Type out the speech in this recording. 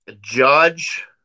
Judge